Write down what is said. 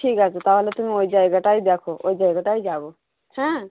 ঠিক আছে তাহলে তুমি ওই জায়গাটাই দেখো ওই জায়গাটায় যাব হ্যাঁ